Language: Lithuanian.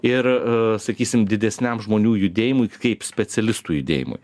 ir sakysim didesniam žmonių judėjimui kaip specialistų judėjimui